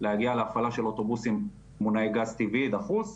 להגיע להפעלה של אוטובוסים מונעי גז טבעי דחוס,